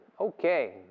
Okay